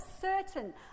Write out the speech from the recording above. certain